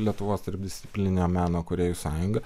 lietuvos tarpdisciplininio meno kūrėjų sąjunga